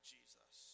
Jesus